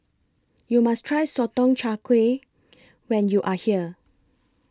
YOU must Try Sotong Char Kway when YOU Are here